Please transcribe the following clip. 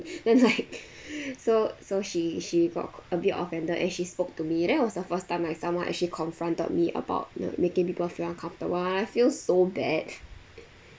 then like so so she she got a bit offended and she spoke to me that was the first time like someone actually confronted me about you know making people feel uncomfortable and I feel so bad